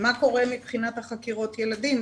מה קורה מבחינת חקירות ילדים.